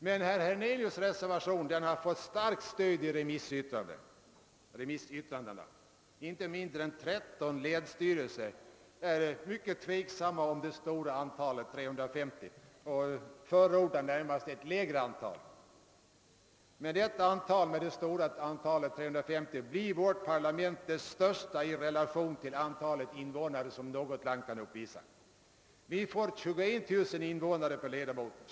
Men herr Hernelius” reservation har fått starkt stöd i remissyttrandena. Inte mindre än 13 länsstyrelser ställer sig mycket tveksamma till det stora antalet 350 och förordar ett lägre antal. Med detta stora antal, 350, blir vårt parlament det största i relation till antalet invånare. Vi får 21000 invånare per ledamot.